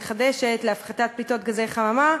לאנרגיה מתחדשת להפחתת פליטות גזי חממה,